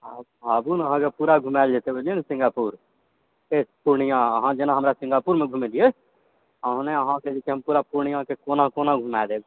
आ आबू नऽ अहाँक पूरा घुमायल जेतय बुझलियै नऽ सिङ्गापुर हे पूर्णिया अहाँ हमरा जेना सिङ्गापुरमऽ घुमेलियै अहुने अहाँक हम पूर्णियाकऽ कोना कोना घुमा देबऽ